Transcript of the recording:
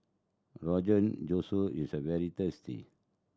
Rogan is a very tasty